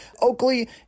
Oakley